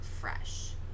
fresh